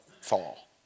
fall